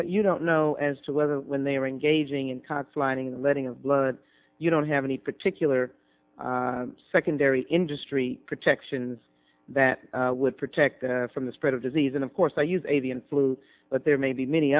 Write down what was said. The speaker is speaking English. but you don't know as to whether when they are engaging in caught sleeping letting of blood you don't have any particular secondary industry protections that would protect from the spread of disease and of course i use avian flu but there may be many